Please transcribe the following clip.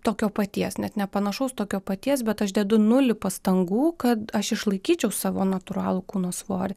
tokio paties net nepanašaus tokio paties bet aš dedu nulį pastangų kad aš išlaikyčiau savo natūralų kūno svorį